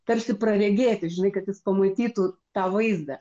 tarsi praregėti žinai kad jis pamatytų tą vaizdą